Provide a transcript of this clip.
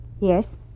Yes